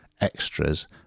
Extras